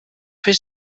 fer